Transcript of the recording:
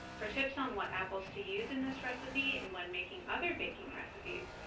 for tips on what apples to use in this recipe and when making other baking recipes,